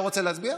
לא,